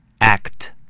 act